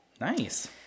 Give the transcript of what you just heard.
Nice